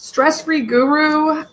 stress free guru,